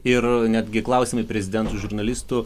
ir netgi klausimai prezidentui žurnalistų